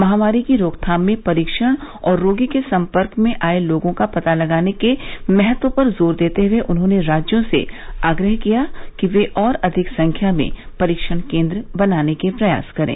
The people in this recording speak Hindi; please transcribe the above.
महामारी की रोकथाम में परीक्षण और रोगी के संपर्क में आए लोगों का पता लगाने के महत्व पर जोर देते हुए उन्होंने राज्यों से आग्रह किया कि वे और अधिक संख्या में परीक्षण केन्द्र बनाने के प्रयास करें